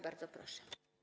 Bardzo proszę.